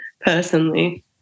personally